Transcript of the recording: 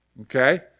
Okay